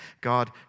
God